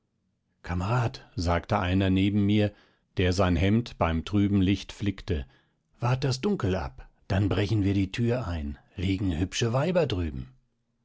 kamerad sagte einer neben mir der sein hemd beim trüben licht flickte wart das dunkel ab dann brechen wir die tür ein liegen hübsche weiber drüben